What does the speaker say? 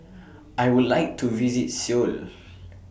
I Would like to visit Seoul